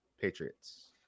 Patriots